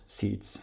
seeds